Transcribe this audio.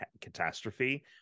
catastrophe